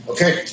Okay